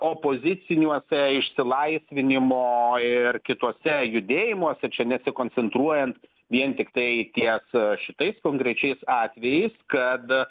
opoziciniuose išsilaisvinimo ir kituose judėjimuose čia nesikoncentruojant vien tiktai ties šitais konkrečiais atvejais kad